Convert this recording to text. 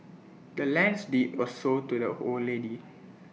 the land's deed was sold to the old lady